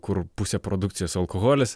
kur pusė produkcijos alkoholis